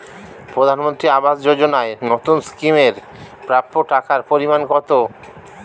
প্রধানমন্ত্রী আবাস যোজনায় নতুন স্কিম এর প্রাপ্য টাকার পরিমান কত?